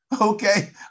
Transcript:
Okay